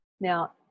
Now